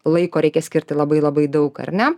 laiko reikia skirti labai labai daug ar ne